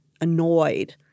annoyed